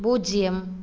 பூஜ்ஜியம்